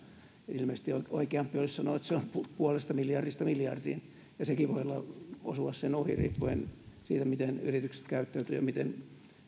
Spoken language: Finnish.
ilmeisesti oikeampi olisi sanoa että se on puolesta miljardista miljardiin ja sekin voi osua sen ohi riippuen siitä miten yritykset käyttäytyvät ja miten